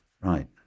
right